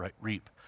reap